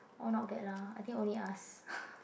oh not lah I think only us